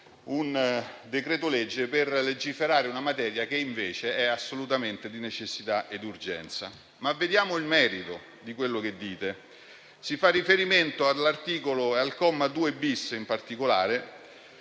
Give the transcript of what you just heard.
il decreto-legge per legiferare una materia che invece è assolutamente di necessità ed urgenza. Vediamo il merito di quello che dite. Si fa riferimento in particolare al comma 2-*bis*, per cui